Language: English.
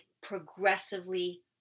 progressively